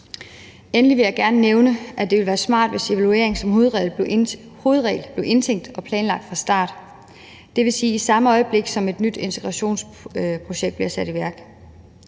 Endelig vil jeg gerne nævne, at det ville være smart, hvis evaluering som hovedregel blev indtænkt og planlagt fra start, dvs. i samme øjeblik som et nyt integrationsprojekt bliver sat i værk.